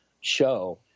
show